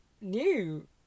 new